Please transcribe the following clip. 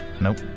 Nope